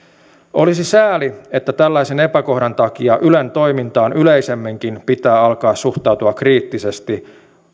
olisi sääli että tällaisen epäkohdan takia ylen toimintaan yleisemminkin pitää alkaa suhtautua kriittisesti